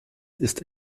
ist